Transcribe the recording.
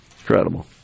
Incredible